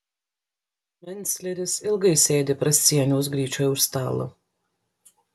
mencleris ilgai sėdi prascieniaus gryčioj už stalo